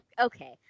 Okay